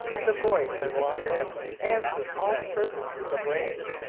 the voice and long whip answer all the purposes of reins,